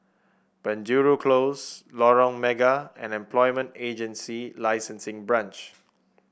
Penjuru Close Lorong Mega and Employment Agency Licensing Branch